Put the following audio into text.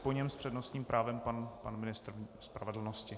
Po něm se přednostním právem pan ministr spravedlnosti.